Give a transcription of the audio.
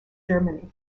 germany